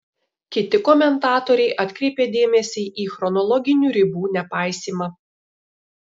kiti komentatoriai atkreipė dėmesį į chronologinių ribų nepaisymą